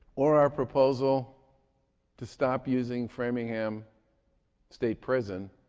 or our proposal to stop using framingham state prison